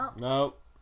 Nope